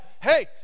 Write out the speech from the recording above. hey